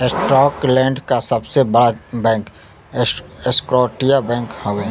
Scotland क सबसे बड़ा बैंक स्कॉटिया बैंक हौ